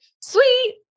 Sweet